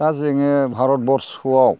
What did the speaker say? दा जोङो भारत बरस'आव